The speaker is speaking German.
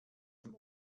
dem